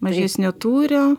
mažesnio tūrio